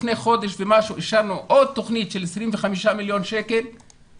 לפני חודש ומשהו אישרנו עוד תוכנית של 25 מיליארד שקלים.